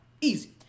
easy